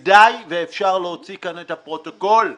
אפשר להוציא כאן את הפרוטוקול ולראות.